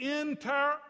entire